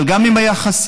אבל גם אם היה חסר,